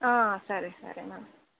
సరే సరే మ్యామ్